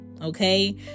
Okay